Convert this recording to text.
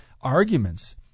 arguments